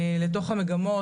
לתוך המגמות.